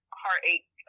heartache